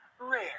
rare